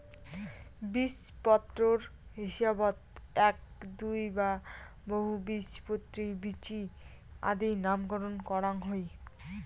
বীজপত্রর হিসাবত এ্যাক, দুই বা বহুবীজপত্রী বীচি আদি নামকরণ করাং হই